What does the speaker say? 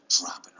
dropping